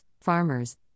farmers